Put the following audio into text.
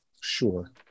Sure